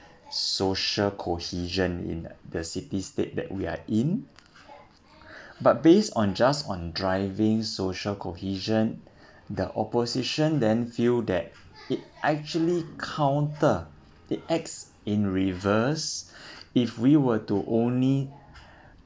social cohesion in the city state that we are in but based on just on driving social cohesion the opposition then feel that it actually counter the X in reverse if we were to only